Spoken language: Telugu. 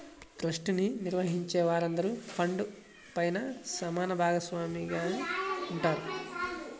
ట్రస్ట్ ని నిర్వహించే వారందరూ ఫండ్ పైన సమాన భాగస్వామిగానే ఉంటారు